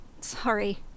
Sorry